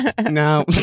No